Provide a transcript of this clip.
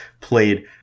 played